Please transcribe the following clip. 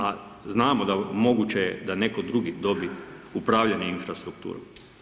A znamo da moguće je da netko drugi dobije upravljanje infrastrukturom.